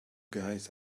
guys